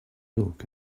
look